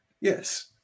Yes